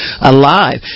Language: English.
alive